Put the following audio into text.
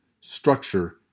structure